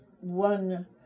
one